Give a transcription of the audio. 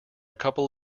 couple